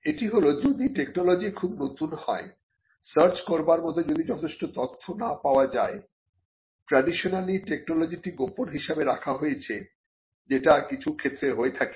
এটি হল যদি টেকনোলজি খুব নতুন হয় সার্চ করবার মত যদি যথেষ্ট তথ্য না পাওয়া যায়ট্রেডিশনালি টেকনোলজিটি গোপন হিসাবে রাখা হয়েছে যেটা কিছু ক্ষেত্রে হয়ে থাকে